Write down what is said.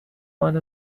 one